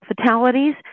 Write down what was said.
fatalities